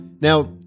Now